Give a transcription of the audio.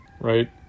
Right